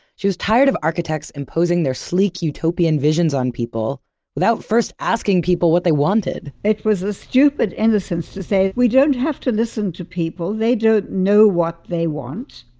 she was tired of architects imposing their sleek, utopian visions on people without first asking people what they wanted it was a stupid innocence to say, we don't have to listen to people. they don't know what they want.